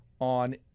on